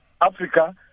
Africa